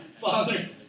father